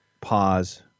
pause